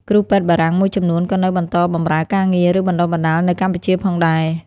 គ្រូពេទ្យបារាំងមួយចំនួនក៏នៅបន្តបម្រើការងារ ឬបណ្តុះបណ្តាលនៅកម្ពុជាផងដែរ។